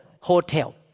hotel